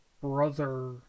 brother